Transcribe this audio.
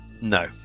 no